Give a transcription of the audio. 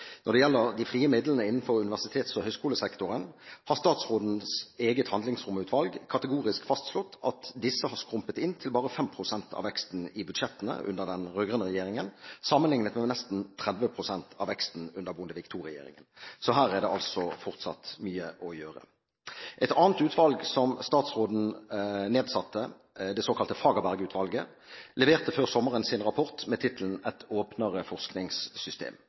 Når det gjelder de frie midlene innenfor universitets- og høyskolesektoren, har statsrådens eget handlingsromutvalg kategorisk fastslått at disse har skrumpet inn til bare 5 pst. av veksten i budsjettene under den rød-grønne regjeringen, sammenlignet med nesten 30 pst. av veksten under Bondevik II-regjeringen. Så her er det altså fortsatt mye å gjøre. Et annet utvalg som statsråden nedsatte, det såkalte Fagerberg-utvalget, leverte før sommeren sin rapport med tittelen «Et åpnere forskningssystem».